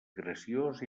graciós